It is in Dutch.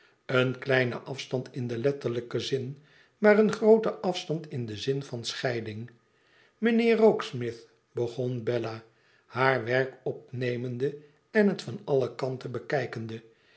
een kleine afetand in den letterlijken zin maar een groote afstand in den zin van scheiding mijnheer rokesmith begon bella haar werk opnemende en het van alle kanten bekijkende